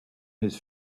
his